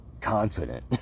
confident